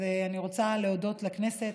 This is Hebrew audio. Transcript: אני רוצה להודות לכנסת.